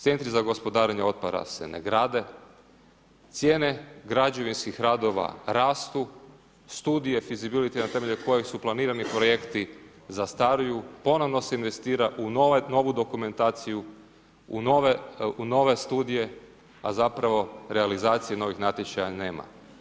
Centri za gospodarenje otpada se ne grade, cijene građevinskih radova rastu, studije ... na temelju kojih su planirani projekti zastaruju, ponovno se investira u novu dokumentaciju, u nove studije, a zapravo realizacije novih natječaja nema.